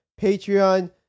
Patreon